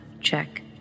check